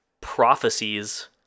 prophecies